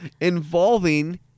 involving